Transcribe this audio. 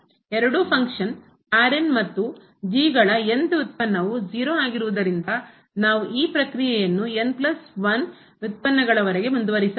ಎರಡೂ ಫಂಕ್ಷನ್ ಮತ್ತು g ಗಳ n th ವ್ಯುತ್ಪನ್ನವು 0 ಆಗಿರುವುದರಿಂದ ನಾವು ಈ ಪ್ರಕ್ರಿಯೆಯನ್ನು ವ್ಯುತ್ಪನ್ನ ಗಳವರೆಗೆ ಮುಂದುವರೆಸಿರಿಸಬಹುದು